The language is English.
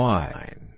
Wine